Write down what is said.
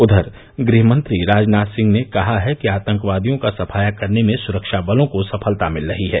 उधर गृहमंत्री राजनाथ सिंह ने कहा है कि आतंकवादियों का सफाया करने में सुरक्षाबलों को सफलता मिल रही है